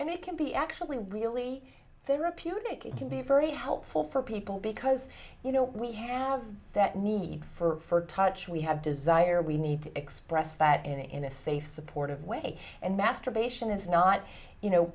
and it can be actually really therapeutic it can be very helpful for people because you know we have that need for touch we have desire we need to express that in a safe supportive way and masturbation is not you know